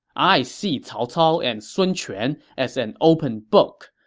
i see cao cao and sun quan as an open book,